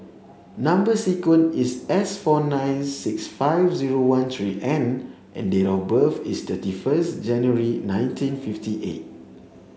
number sequence is S four nine six five zero one three N and date of birth is thirty first January nineteen fifty eight